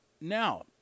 Now